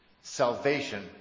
Salvation